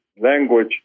language